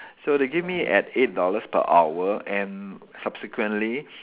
so they gave me at eight dollars per hour and subsequently